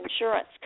insurance